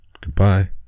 goodbye